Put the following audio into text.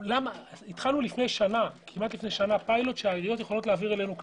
התחלנו לפני שנה כמעט פילוט שהעיריות יכולות להעביר אלינו קנסות.